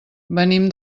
venim